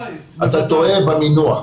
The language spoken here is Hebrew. אתה תראה במינוח.